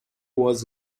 was